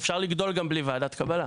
אפשר לגדול גם בלי ועדת קבלה.